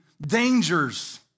dangers